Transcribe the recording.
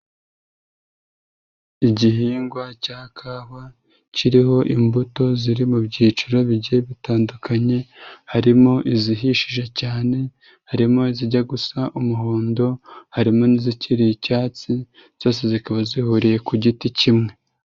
Igihingwa cya kawa kiriho imbuto ziri mu byiciro bigiye bitandukanye, harimo izihishije cyane, harimo izijya gusa umuhondo, harimo n'izikiri icyatsi zose zikaba zihuriye ku giti kimwe.